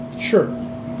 Sure